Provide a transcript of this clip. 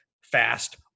fast